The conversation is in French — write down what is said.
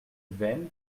veynes